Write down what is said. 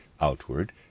outward